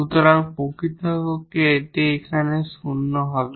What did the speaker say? সুতরাং প্রকৃতপক্ষে এটি এখানে 0 হবে